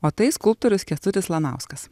o tai skulptorius kęstutis lanauskas